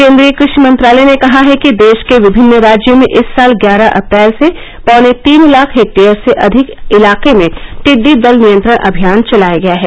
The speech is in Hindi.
केन्द्रीय कृषि मंत्रालय ने कहा है कि देश के विभिन्न राज्यों में इस साल ग्यारह अप्रैल से पौने तीन लाख हैक्टेयर से अधिक इलाके में टिड्डी दल नियंत्रण अभियान चलाया गया है